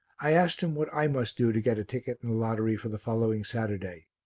i asked him what i must do to get a ticket in the lottery for the following saturday.